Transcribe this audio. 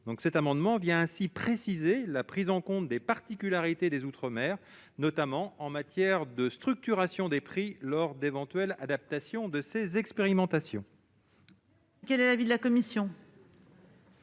donc pour objet de préciser la prise en compte des particularités des outre-mer, notamment en matière de structuration des prix lors d'éventuelles adaptations de ces expérimentations. Quel est l'avis de la commission ?